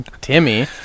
Timmy